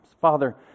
father